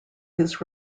his